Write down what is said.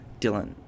Dylan